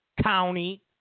county